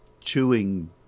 chewing